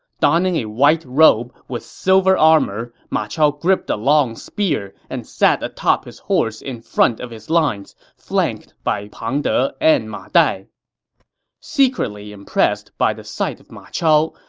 donning a white robe with silver armor, ma chao gripped a long spear and sat atop his horse in front of his lines, flanked by pang de and ma dai secretly impressed by the sight of ma chao,